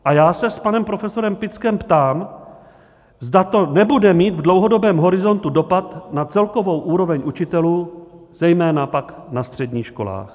A já se s panem profesorem Pickem ptám, zda to nebude mít v dlouhodobém horizontu dopad na celkovou úroveň učitelů, zejména pak na středních školách.